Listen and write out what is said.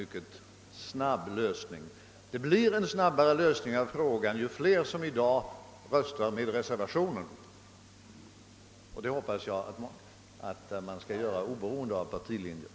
Men det blir en snabbare lösning i samma mån som flera riksdagsledamöter i dag röster på reservationen, vilket jag hoppas skall ske oberoende av partilinjer.